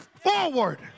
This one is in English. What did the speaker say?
forward